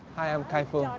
i'm kai-fu. ah